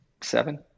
seven